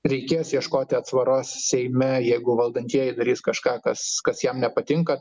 reikės ieškoti atsvaros seime jeigu valdantieji darys kažką kas kas jam nepatinka